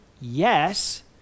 yes